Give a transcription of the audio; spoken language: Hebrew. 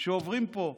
שעוברים פה,